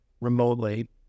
remotely